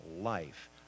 life